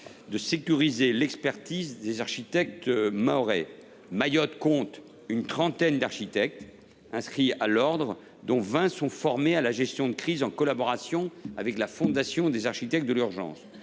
de sécuriser l’expertise des architectes mahorais. Ils sont une trentaine à être inscrits à l’ordre, dont vingt sont formés à la gestion de crise en collaboration avec la fondation Architectes de l’urgence.